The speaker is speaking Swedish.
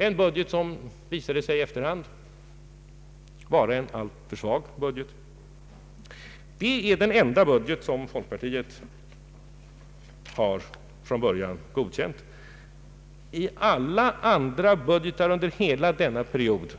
Den budgeten visade sig i efterhand vara alltför svag. Det är den enda budget som folkpartiet har godkänt från början. Beträffande alla andra budgeter under hela denna period